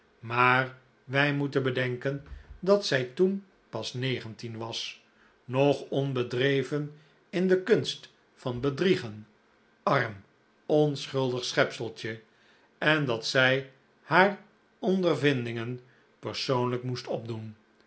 maar wij moeten bedenken dat zij toen pas negentien was nog onbedreven in de kunst van bedriegen arm onschuldig schepseltje en dat zij haar ondervindingen persoonlijk moest opdoen